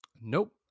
Nope